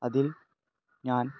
അതിൽ ഞാൻ